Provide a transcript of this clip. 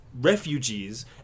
refugees